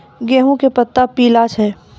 गेहूँ के पत्ता पीला छै?